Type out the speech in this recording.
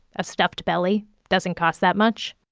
a stuffed belly doesn't cost that much.